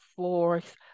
force